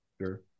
sure